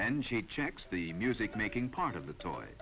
then she checks the music making part of the toy